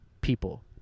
people